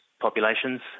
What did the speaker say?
populations